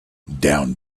down